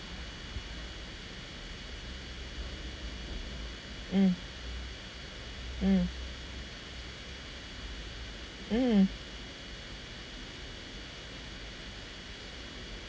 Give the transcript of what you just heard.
mm mm mm